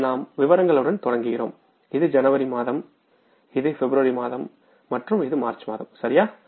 இங்கே நாம் விவரங்களுடன் தொடங்குகிறோம் இது ஜனவரி மாதம் இது பிப்ரவரி மாதம் மற்றும் இது மார்ச் மாதம் சரியா